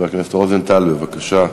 חבר הכנסת רוזנטל, בבקשה.